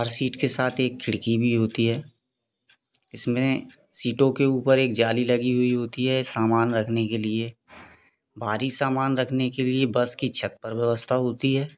हर seat के साथ एक खिड़की भी होती है इसमें सीटों के ऊपर एक जाली लगी हुई होती है सामान रखने के लिए भारी सामान रखने के लिए बस की छत पर व्यवस्था होती है